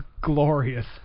glorious